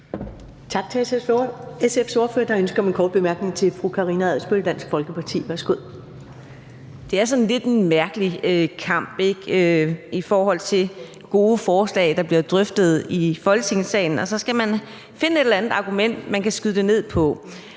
Det er sådan en lidt mærkelig kamp i forhold til gode forslag, der bliver drøftet i Folketingssalen, hvor man skal finde et eller andet argument, man kan skyde det ned med.